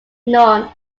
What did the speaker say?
known